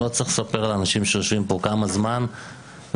אני לא צריך לספר לאנשים שיושבים פה כמה זמן ואחריות